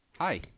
hi